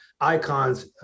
Icons